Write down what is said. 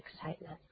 excitement